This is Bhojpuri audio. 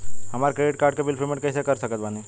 हमार क्रेडिट कार्ड के बिल पेमेंट कइसे कर सकत बानी?